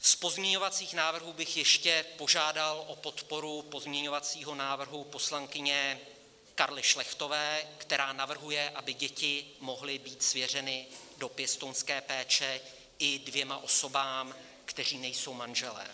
Z pozměňovacích návrhů bych ještě požádal o podporu pozměňovacího návrhu poslankyně Karly Šlechtové, která navrhuje, aby děti mohly být svěřeny do pěstounské péče i dvěma osobám, které nejsou manžely.